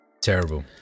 Terrible